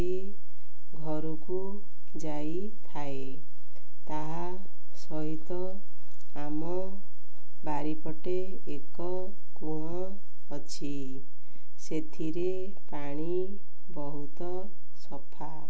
ଘରକୁ ଯାଇଥାଏ ତାହା ସହିତ ଆମ ବାରିପଟେ ଏକ କୂଅ ଅଛି ସେଥିରେ ପାଣି ବହୁତ ସଫା